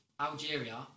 Algeria